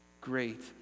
Great